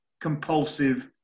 compulsive